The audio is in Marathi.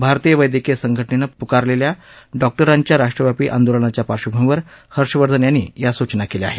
भारतीय वैद्यकीय संघटनेनं पुकारलेल्या डॉक्टरांच्या राष्ट्रव्यापी आंदोलनाच्या पार्श्वभूमीवर हर्षवर्धन यांनी या सूचना केल्या आहेत